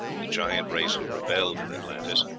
the giant race who rebelled in atlantis,